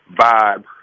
vibe